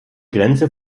grenze